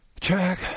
Jack